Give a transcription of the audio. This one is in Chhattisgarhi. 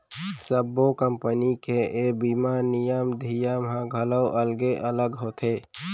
सब्बो कंपनी के ए बीमा नियम धियम ह घलौ अलगे अलग होथे